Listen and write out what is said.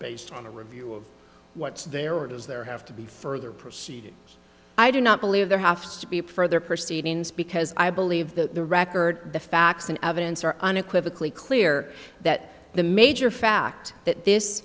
based on a review of what's there or does there have to be further proceedings i do not believe there have to be further proceedings because i believe that the record the facts and evidence are unequivocal a clear that the major fact that this